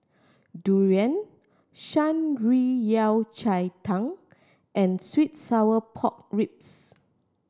durian Shan Rui Yao Cai Tang and sweet and sour pork ribs